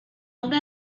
una